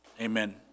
Amen